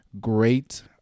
great